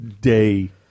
Day